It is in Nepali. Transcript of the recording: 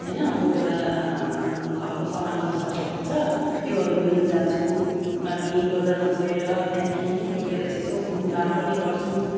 होइन कोही बेला घरको सामानहरू सकिएको हुन्छ त्योहरू लिनु जान्छु अनि बजारमा गएर त्यहाँदेखिन् कोही बेला चाहिँ यसो घुमघाम पनि गर्छौँ